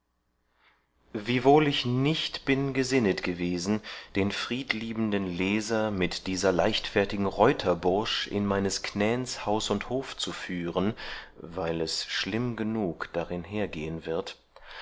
wiewohl ich nicht bin gesinnet gewesen den friedliebenden leser mit dieser leichtfertigen reuter bursch in meines knäns haus und hof zu führen weil es schlimm genug darin hergehen wird